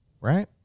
right